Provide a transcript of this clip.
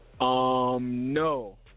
no